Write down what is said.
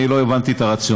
אני לא הבנתי את הרציונל.